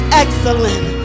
excellent